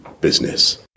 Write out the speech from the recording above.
business